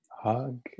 hug